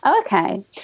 Okay